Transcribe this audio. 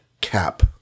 cap